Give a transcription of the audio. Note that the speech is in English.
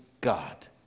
God